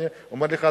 אני אומר לך,